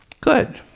Good